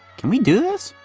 can we do this?